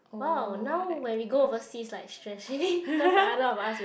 !wow! now when we go overseas like stress already cause the other of us will